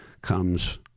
comes